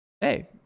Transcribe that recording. Hey